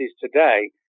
today